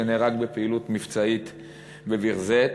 שנהרג בפעילות מבצעית בביר-זית,